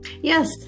Yes